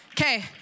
Okay